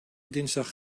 dinsdag